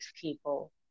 people